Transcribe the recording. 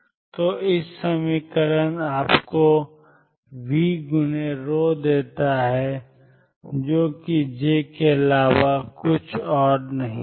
तो pm आपको v×ρ देता है जो कि j के अलावा और कुछ नहीं है